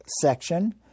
section